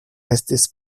estis